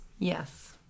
yes